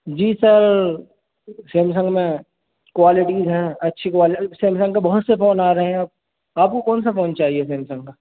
جی sir Samsung میں qualities ہیں اچھی سیمسنگ کا بہت سے فون آ رہے ہیں آپ کو کون سا فون چاہیے سیمسنگ کا